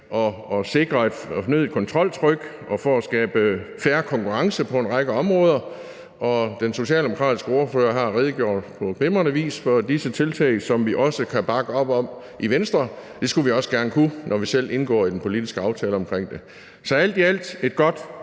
et fornødent kontroltryk og for at skabe fair konkurrence på en række områder. Den socialdemokratiske ordfører har redegjort på glimrende vis for disse tiltag, som vi også kan bakke op om i Venstre. Det skulle vi også gerne kunne, når vi selv indgår i den politiske aftale om det. Så alt i alt er det